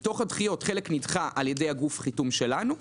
מתוך הדחיות חלק נדחה על ידי גוף החיתום שלנו,